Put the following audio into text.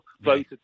voted